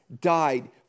died